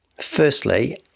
Firstly